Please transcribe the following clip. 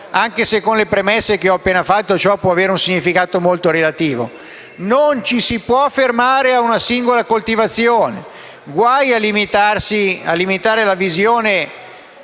anche se, con le premesse che ho appena fatto, ciò può avere un significato molto relativo - che non ci si può fermare a una singola coltivazione. Guai a limitare la visione